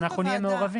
שאנחנו נהיה מעורבים.